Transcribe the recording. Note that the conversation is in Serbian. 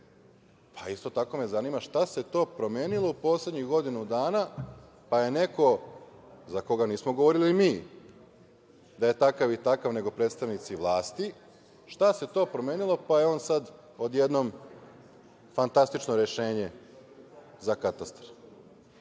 Isto tako me zanima šta se to promenilo u poslednjih godinu dana, pa je neko, za koga nismo govorili mi da je takav i takav, nego predstavnici vlasti, šta se to promenilo, pa je on sada odjednom fantastično rešenje za katastar. Šta